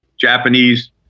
Japanese